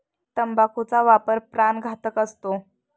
तंबाखूचा वापर प्राणघातक असतो